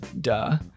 duh